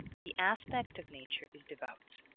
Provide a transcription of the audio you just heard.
the aspect of nature is devout.